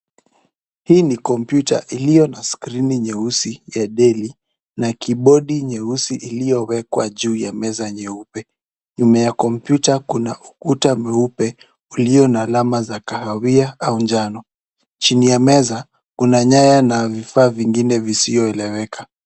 Hii ni kompyuta iliyo na skrini nyeusi ya Dell, na kibodi nyeusi iliyowekwa juu ya meza nyeupe. Nyuma ya kompyuta kuna ukuta mweupe ulio na alama za kahawia au njano. Chini ya meza kuna nyaya na vifaa vingine visioeleweka.